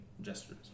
gestures